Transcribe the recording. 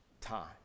time